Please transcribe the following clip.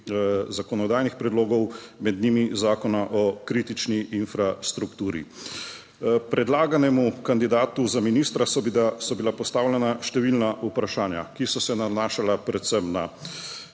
zakonodajnih predlogov, med njimi Zakona o kritični infrastrukturi. Predlaganemu kandidatu za ministra, so bila postavljena številna vprašanja, ki so se nanašala predvsem na